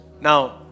Now